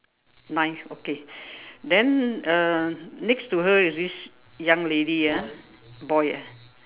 knife okay then uh next to her is this young lady ah boy ah